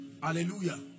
Hallelujah